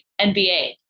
NBA